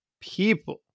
people